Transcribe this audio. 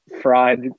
fried